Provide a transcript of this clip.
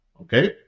Okay